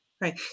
Right